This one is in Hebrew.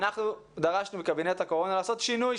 ואנחנו דרשנו מקבינט הקורונה לעשות שינוי,